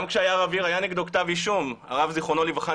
גם כשהיה רב עיר הרב זכרונו לברכה,